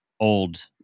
old